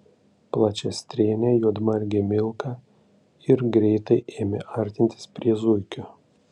plačiastrėnė juodmargė milka ir greitai ėmė artintis prie zuikio